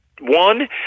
One